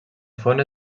font